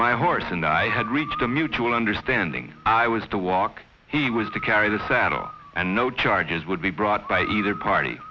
my horse and i had reached a mutual understanding i was to walk he was to carry the saddle and no charges would be brought by either party